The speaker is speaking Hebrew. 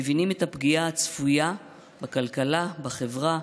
הם מבינים את הפגיעה הצפויה בכלכלה, בחברה,